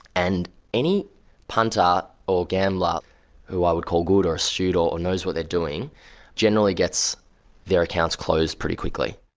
and any punter or gambler who i would call good or astute or or knows what they're doing generally gets their accounts closed pretty quickly.